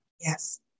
Yes